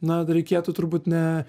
na reikėtų turbūt ne